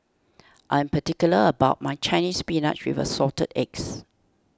I am particular about my Chinese Spinach with Assorted Eggs